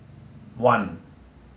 one